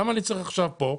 למה אני צריך עכשיו כאן?